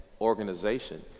organization